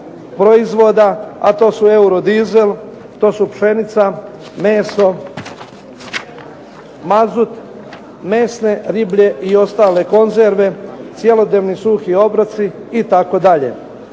proizvoda a to su eurodizel, to su pšenica, meso, mazut, mesne, riblje i ostale konzerve, cjelodnevni suhi obroci itd.